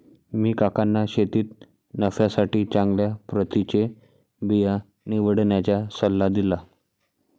मी काकांना शेतीत नफ्यासाठी चांगल्या प्रतीचे बिया निवडण्याचा सल्ला दिला